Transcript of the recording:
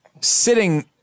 sitting